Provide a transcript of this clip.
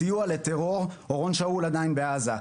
סיוע לטרור אורון שאול עדין בעזה,